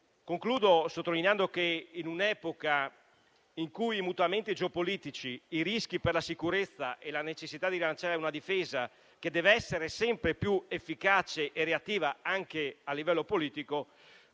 Concludo sottolineando che, in un'epoca in cui, per i mutamenti geopolitici e i rischi per la sicurezza, vi è la necessità di rilanciare una difesa che deve essere sempre più efficace e reattiva, anche a livello politico,